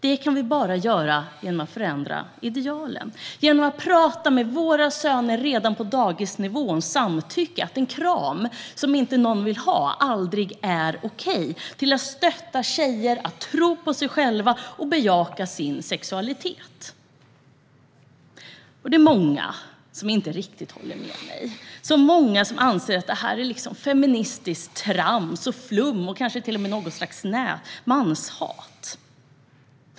Det kan vi bara göra genom att förändra idealen - genom att redan på dagisnivå prata med våra söner om samtycke och att en kram som någon inte vill ha aldrig är ok, och genom att stötta tjejer att tro på sig själva och bejaka sin sexualitet. Det finns många som inte riktigt håller med mig och som anser att detta är feministiskt trams, flum och kanske till och med något slags manshat.